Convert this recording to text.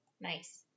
Nice